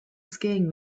skiing